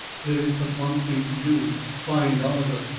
there is but one thing to do find oliver.